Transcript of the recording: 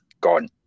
gone